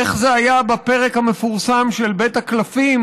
איך זה היה בפרק המפורסם של בית הקלפים,